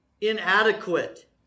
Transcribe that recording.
inadequate